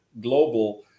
global